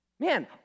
Man